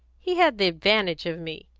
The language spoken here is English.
he had the advantage of me.